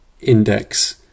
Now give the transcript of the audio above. index